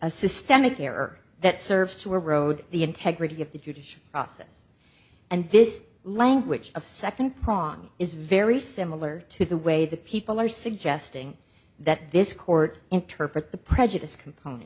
a systemic error that serves to erode the integrity of the judicial process and this language of second prong is very similar to the way the people are suggesting that this court interpret the prejudice component